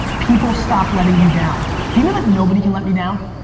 people stop letting you down. do you know the nobody can let me down?